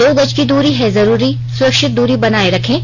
दो गज की दूरी है जरूरी सुरक्षित दूरी बनाए रखें